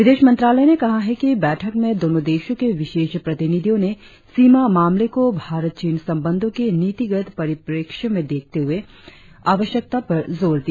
विदेशमंत्रालय ने कहा है कि बैठक में दोनो देशों के विशेष प्रतिनिधियों ने सीमा मामले को भारत चीन सबंधों के नीतिगत परिपेक्ष्य में देखे जाने की आवश्यकता पर जोर दिया